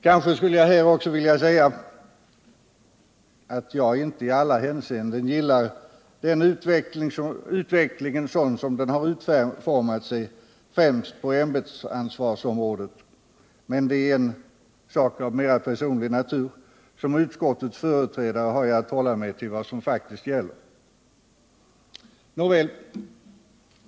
Kanske skulle jag här också vilja säga att jag inte i alla hänseenden gillar utvecklingen såsom den formats främst på ämbetsansvarsområdet, men det är en sak av mera personlig natur. Som utskottets företrädare har jag att hålla mig till vad som faktiskt gäller. Nåväl!